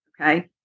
okay